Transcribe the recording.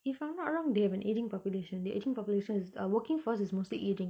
if I'm not wrong they have an aging population their aging population is uh working force is mostly aging